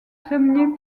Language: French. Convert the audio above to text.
premier